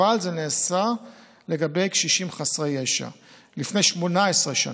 אבל זה נעשה לגבי קשישים חסרי ישע לפני 18 שנה,